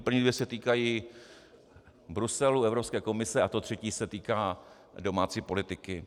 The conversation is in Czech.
První dvě se týkají Bruselu, Evropské komise a to třetí se týká domácí politiky.